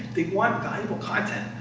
they want valuable content.